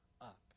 up